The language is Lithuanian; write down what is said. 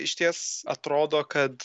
išties atrodo kad